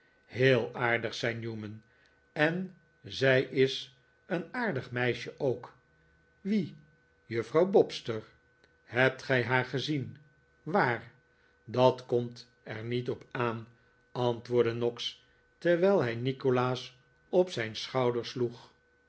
heel aardig zei newman en zij is een aardig meisje ook wie juffrouw bobster hebt gij haar gezien waar dat komt er niet op aan antwoordde noggs terwijl hij nikolaas op zijn schouder sloeg